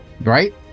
right